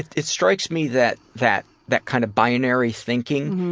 it strikes me that that that kind of binary thinking